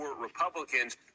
Republicans